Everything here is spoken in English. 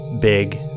big